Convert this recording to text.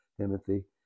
Timothy